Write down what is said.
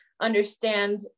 understand